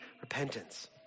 repentance